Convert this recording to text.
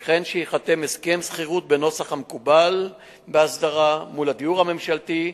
וכן שייחתם הסכם שכירות בנוסח המקובל בהסדרה מול הדיור הממשלתי,